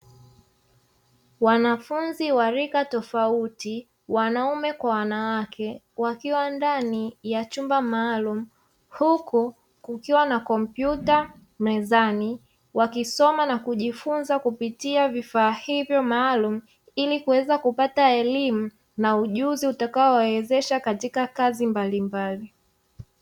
Wanafunzi wa rika tofauti wanaume kwa wanawake wakiwa ndani ya chumba maalumu huku kukiwa na kompyuta mezani wakisoma na kujifunza kupitia vifaa hivyo maalumu ili kuweza kupata elimu na ujuzi utakaowawezesha katika kazi mbalimbali.